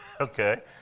Okay